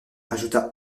ajouta